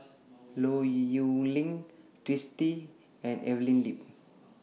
Low Yen Ling Twisstii and Evelyn Lip